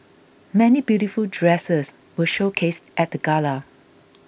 many beautiful dresses were showcased at the gala